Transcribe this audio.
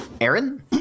Aaron